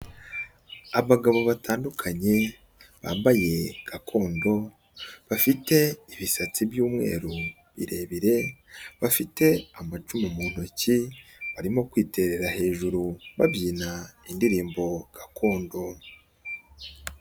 Abagabo batandukanye bambaye gakondo, bafite ibisatsi by'umweru birebire, bafite amacumu mu ntoki, barimo kwiterera hejuru babyina indirimbo gakondo.